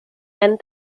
and